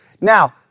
Now